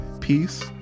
peace